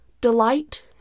delight